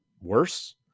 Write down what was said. worse